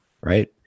right